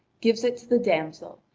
gives it to the damsel,